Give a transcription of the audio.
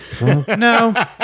No